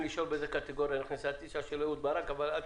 אני לא